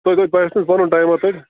تُہۍ کٕژ تۄہہِ آسوٕ پَنُن ٹایما تتہِ